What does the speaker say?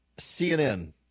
CNN